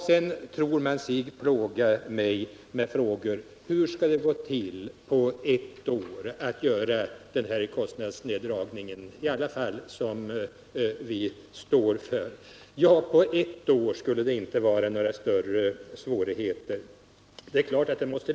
Man tror sig kunna plåga mig med frågor om hur det skall gå till att göra den kostnadsindragning som vi förespråkar på ett år, men jag kan säga att det inte skulle vara några större svårigheter att göra det för ett år. Problemen är det långsiktiga.